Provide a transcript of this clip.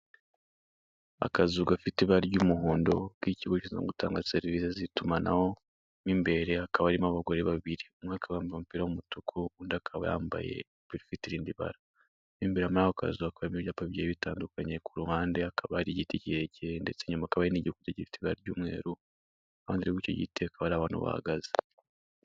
Akazu gafite ibara ry'umuhondo k'ikigo gishizwe gutanga serivisi z'itumanaho mo imbere akaba arimo abagore babiri, umwe akaba umupira w'umutuku undi akaba yambaye ako umupira ufite irindi bara, mo imbere muri ako kazu hakaba harimo ibyapa bigiye bitandukanye, ku ruhande hakaba hari igiti kirekire ndetse nyuma hari igikuta kifite ibara ry'umweru impande y'igiti hakaba hari abantu bahagaze.